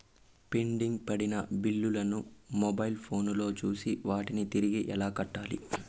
pending పడిన బిల్లులు ను మొబైల్ ఫోను లో చూసి వాటిని తిరిగి ఎలా కట్టాలి